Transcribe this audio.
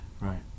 Right